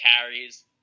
carries